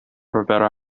rivera